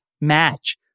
match